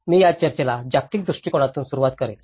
मी या चर्चेला जागतिक दृष्टिकोनातून सुरुवात करेन